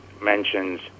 mentions